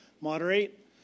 moderate